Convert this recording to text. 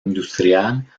industrial